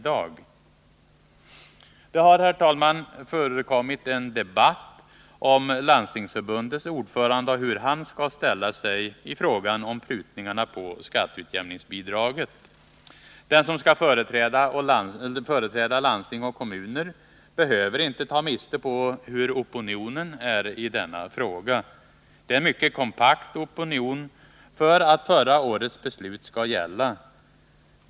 Det har förekommit en debatt om Landstingsförbundets ordförande och hur han skall ställa sig i fråga om prutningarna på skatteutjämningsbidraget. Den som skall företräda landsting och kommuner behöver inte ta miste på hur opinionen är i denna fråga. Det är en mycket kompakt opinion för att förra årets beslut skall gälla.